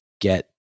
get